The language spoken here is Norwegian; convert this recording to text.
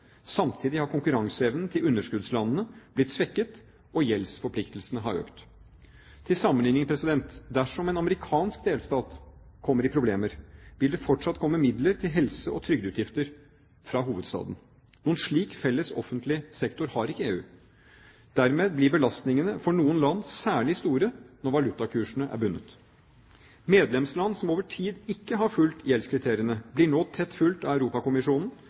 Samtidig har konkurranseevnen til underskuddslandene blitt svekket, og gjeldsforpliktelsene har økt. Til sammenlikning: Dersom en amerikansk delstat kommer i problemer, vil det fortsatt komme midler til helse- og trygdeutgifter fra hovedstaden. Noen slik felles offentlig sektor har ikke EU. Dermed blir belastningene for noen land særlig store når valutakursene er bundet. Medlemsland som over tid ikke har fulgt gjeldskriteriene, blir nå tett fulgt av Europakommisjonen,